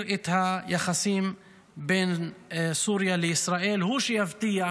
את היחסים בין סוריה לישראל הוא שיבטיח